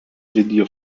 video